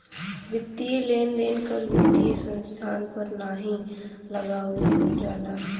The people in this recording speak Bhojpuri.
वित्तीय लेन देन कर वित्तीय संस्थान पर नाहीं लगावल जाला